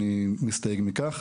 אני מסתייג מכך,